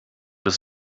des